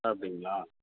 அப்படிங்களா